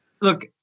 look